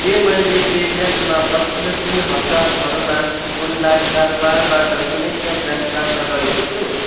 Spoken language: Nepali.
के मैले पे ज्यापमा पछिल्लो तिन हप्ताहरूमा अनलाइन कारोबारबाट कुनै क्यासब्याक प्राप्त गरेको छु